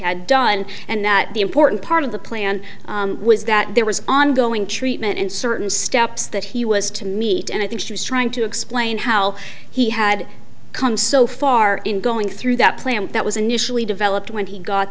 had done and that the important part of the plan was that there was ongoing treatment and certain steps that he was to meet and i think she was trying to explain how he had come so far in going through that plant that was initially developed when he got